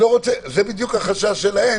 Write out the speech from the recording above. זה בדיוק החשש שלהם